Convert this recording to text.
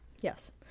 Yes